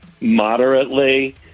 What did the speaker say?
moderately